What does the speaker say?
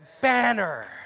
banner